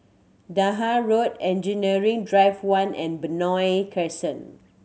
Dahan Road Engineering Drive One and Benoi Crescent